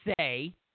say